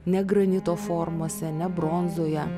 ne granito formose ne bronzoje